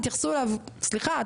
והתייחסו אליו סליחה.